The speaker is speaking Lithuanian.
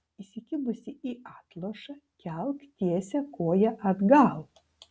įsikibusi į atlošą kelk tiesią koją atgal